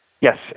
Yes